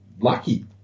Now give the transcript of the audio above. lucky